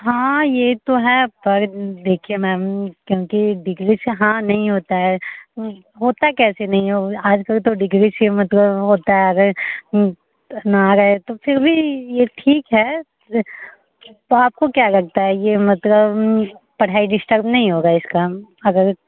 हाँ यह तो है पर देखिए मैम क्योंकि डिग्री से हाँ नहीं होता है होता कैसे नहीं हो आज कल तो डिग्री से मतलब होता है अगर ना रहे तो फिर भी यह ठीक है तो आपको क्या लगता है यह मतलब पढ़ाई डिश्टर्प नहीं होगी इसकी अगर